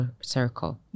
circle